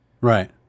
right